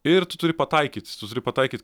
ir tu turi pataikyt tu turi pataikyt